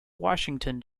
washington